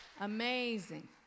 Amazing